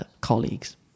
colleagues